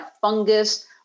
fungus